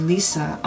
Lisa